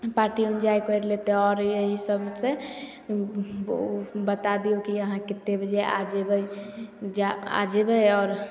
party enjoy करि लेतै आओर इएहसबसे बता दिऔ कि अहाँ कतेक बजे आ जेबै जे आ जेबै आओर